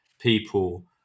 People